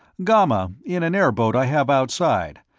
ghamma, in an airboat i have outside,